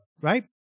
right